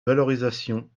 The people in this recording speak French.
valorisation